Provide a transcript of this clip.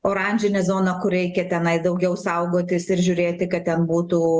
oranžinė zona kur reikia tenai daugiau saugotis ir žiūrėti kad ten būtų